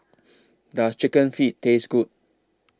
Does Chicken Feet Taste Good